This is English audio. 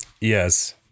Yes